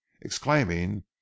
exclaiming